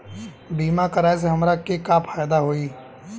बीमा कराए से हमरा के का फायदा होई?